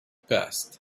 passed